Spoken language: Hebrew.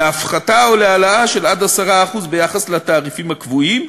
להפחתה או להעלאה של עד 10% ביחס לתעריפים הקבועים,